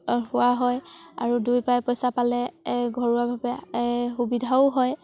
হোৱা হয় আৰু দুই পাই পইচা পালে ঘৰুৱাভাৱে সুবিধাও হয়